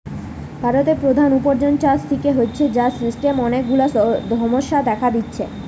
ভারতের প্রধান উপার্জন চাষ থিকে হচ্ছে, যার সিস্টেমের অনেক গুলা সমস্যা দেখা দিচ্ছে